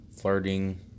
flirting